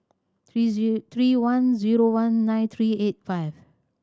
three they three one zero one nine three eight five